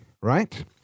right